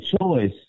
choice